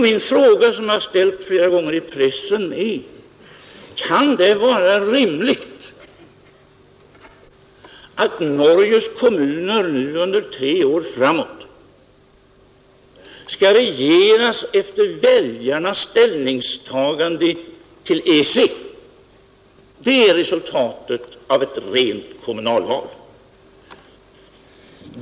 Min fråga, som jag har ställt flera gånger i pressen, är: Kan det vara rimligt att Norges kommuner nu under tre år framåt skall regeras efter väljarnas ställningstagande till EEC? Det är resultatet av ett rent kommunalval.